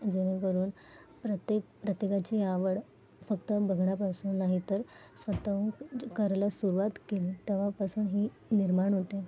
जेणेकरुन प्रत्येक प्रत्येकाची आवड फक्त बघण्यापासून नाही तर स्वतःहून करायला सुरुवात केली तेव्हापासून ही निर्माण होते